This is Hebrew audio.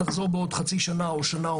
תחזור בעוד חצי שנה או שנה.